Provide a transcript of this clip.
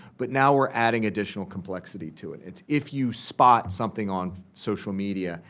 but now we're adding additional complexity to it. it's if you spot something on social media,